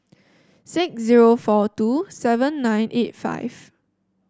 six zero four two seven nine eight five